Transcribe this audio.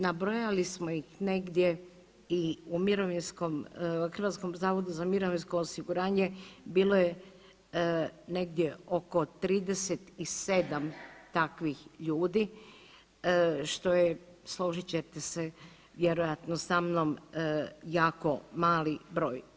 Nabrojali smo ih negdje i u mirovinskom, Hrvatskom zavodu za mirovinsko osiguranje bilo je negdje oko 37 takvih ljudi što je složit ćete se vjerojatno sa mnom jako mali broj.